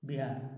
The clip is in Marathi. बिहार